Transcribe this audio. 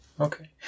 okay